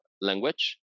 language